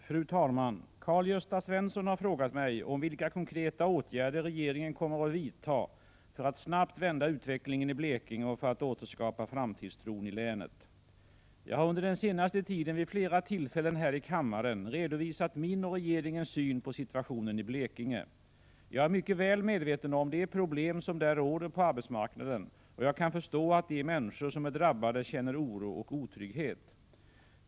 Fru talman! Karl-Gösta Svenson har frågat mig om vilka konkreta åtgärder regeringen kommer att vidta för att snabbt vända utvecklingen i Blekinge och för att återskapa framtidstron i länet. Jag har under den senaste tiden vid flera tillfällen här i kammaren redovisat min och regeringens syn på situationen i Blekinge. Jag är mycket väl medveten om de problem som där råder på arbetsmarknaden, och jag kan förstå att de människor som är drabbade känner oro och otrygghet.